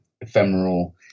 ephemeral